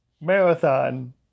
marathon